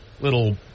little